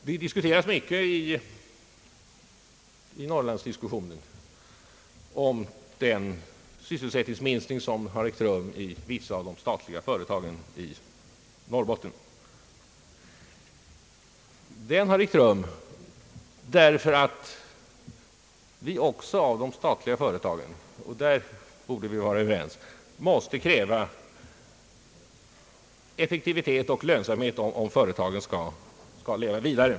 Det talas mycket i norrlandsdiskussionen om den sysselsättningsminskning som ägt rum vid vissa av de statliga företagen i Norrbotten. Denna sysselsättningsminskning har ägt rum därför att vi också av de statliga företagen — och där borde vi vara överens — måste kräva effektivitet och lönsamhet, om företagen skall kunna leva vidare.